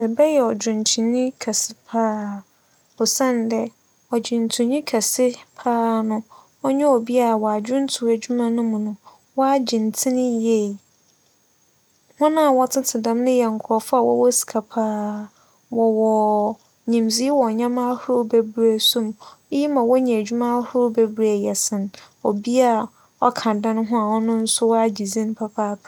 Mebɛyɛ ͻdwontonyi kɛse paa osiandɛ ͻdwontonyi kɛse paa no, ͻnye obi a wͻ adwontow edwuma mu no, wͻagye ntsin yie. Hͻn a wͻtsetse dɛm no yɛ nkorͻfo a wͻwͻ sika paa. Wͻwͻ nyimdzee wͻ ndzɛmba ahorow beberee so mu. Iyi ma wonya edwuma ahorow beberee sin obi a ͻka da ho a ͻno so agye dzin papaapa.